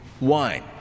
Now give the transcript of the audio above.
wine